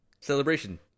Celebration